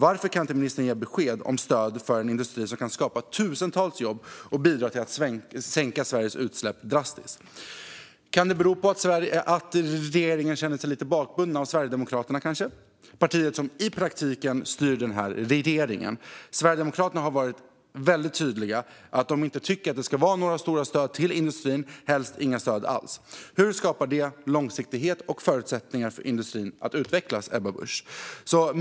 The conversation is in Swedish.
Varför kan ministern inte ge besked om stöd för en industri som kan skapa tusentals jobb och bidra till att sänka Sveriges utsläpp drastiskt? Kan det bero på att regeringen känner sig lite bakbunden av Sverigedemokraterna - det parti som i praktiken styr regeringen? Sverigedemokraterna har varit väldigt tydliga med att de inte tycker att det ska vara några stora stöd till industrin, helst inga stöd alls. Hur skapar detta långsiktighet och förutsättningar för industrin att utvecklas, Ebba Busch?